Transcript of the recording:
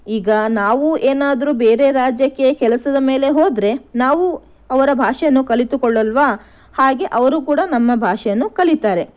ಈಗ ನಾವೂ ಏನಾದರೂ ಬೇರೆ ರಾಜ್ಯಕ್ಕೆ ಕೆಲಸದ ಮೇಲೆ ಹೋದರೆ ನಾವು ಅವರ ಭಾಷೆಯನ್ನು ಕಲಿತುಕೊಳ್ಳಲ್ವಾ ಹಾಗೆ ಅವರು ಕೂಡ ನಮ್ಮ ಭಾಷೆಯನ್ನು ಕಲಿತಾರೆ